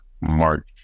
March